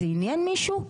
זה עניין מישהו?